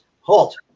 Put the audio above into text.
halt